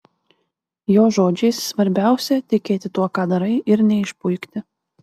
jo žodžiais svarbiausia tikėti tuo ką darai ir neišpuikti